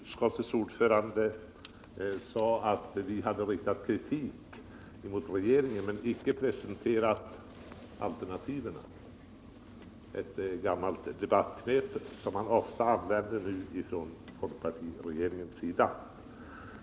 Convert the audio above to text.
Herr talman! Utskottets ordförande sade att vi hade riktat kritik mot regeringen men inte presenterat några alternativ — ett gammalt debattknep som man från folkpartiregeringens sida ofta använder.